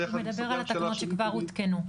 סליחה, הוא מדבר על התקנות שכבר הותקנו.